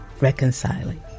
reconciling